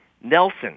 Nelson